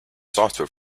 software